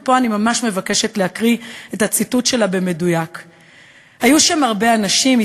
ופה אני ממש מבקשת להקריא את הציטוט שלה במדויק: היו שם הרבה אנשים,